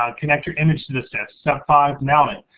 ah connect your image to the sift, step five, mount it,